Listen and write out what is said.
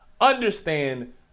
understand